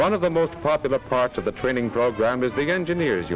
one of the most popular parts of the training program is big engine ears